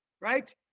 right